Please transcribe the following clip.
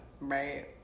Right